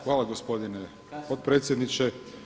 Hvala gospodine potpredsjedniče.